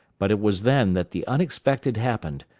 but it was then that the unexpected happened,